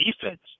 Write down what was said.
defense